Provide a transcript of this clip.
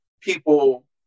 people